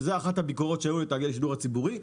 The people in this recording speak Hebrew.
שזאת אחת הביקורות שהיו לתאגידי השידור הציבורי.